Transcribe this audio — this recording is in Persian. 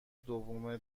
دوم